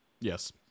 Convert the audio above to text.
Yes